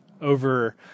over